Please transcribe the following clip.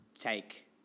take